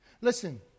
Listen